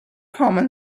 common